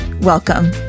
Welcome